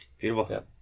beautiful